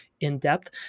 in-depth